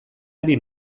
ari